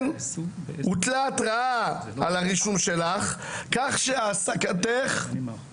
משרד החינוך, זה לא שהם לא יודעים לעבוד.